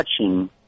touching